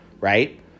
right